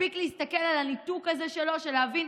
מספיק להסתכל על הניתוק הזה שלו כדי להבין: